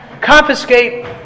confiscate